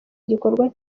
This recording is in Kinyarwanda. igikorwa